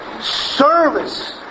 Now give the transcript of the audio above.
service